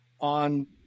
on